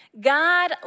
God